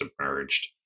submerged